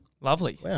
Lovely